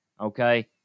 Okay